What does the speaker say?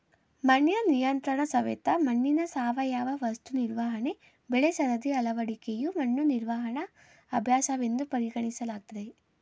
ಮಣ್ಣಿನ ನಿಯಂತ್ರಣಸವೆತ ಮಣ್ಣಿನ ಸಾವಯವ ವಸ್ತು ನಿರ್ವಹಣೆ ಬೆಳೆಸರದಿ ಅಳವಡಿಕೆಯು ಮಣ್ಣು ನಿರ್ವಹಣಾ ಅಭ್ಯಾಸವೆಂದು ಪರಿಗಣಿಸಲಾಗ್ತದೆ